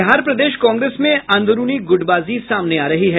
बिहार प्रदेश कांग्रेस में अंदरूनी गुटबाजी सामने आ रही है